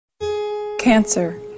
Cancer